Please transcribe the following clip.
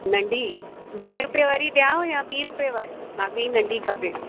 नंढी ॾहे रुपए वारी ॾियांव या ॿी रुपए वारी माॻेई नंढी खपे